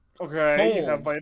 Okay